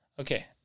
Okay